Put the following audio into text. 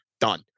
done